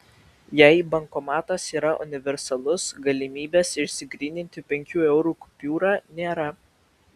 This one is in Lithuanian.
jei bankomatas yra universalus galimybės išsigryninti penkių eurų kupiūrą nėra